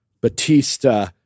Batista